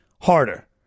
harder